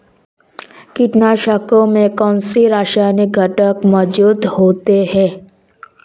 कीटनाशकों में कौनसे रासायनिक घटक मौजूद होते हैं?